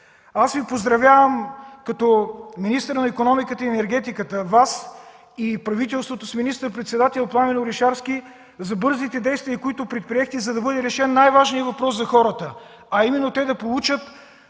Аз Ви поздравявам като министър на икономиката и енергетиката – Вас и правителството с министър-председател Пламен Орешарски, за бързите действия, които предприехте, за да бъде решен най-важният въпрос за хората, а именно те да получат